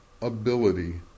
ability